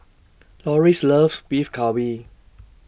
Lorries loves Beef Galbi